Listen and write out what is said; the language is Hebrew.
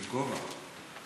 איזה גובה.